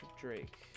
Drake